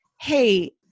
Hey